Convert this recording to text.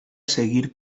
seguir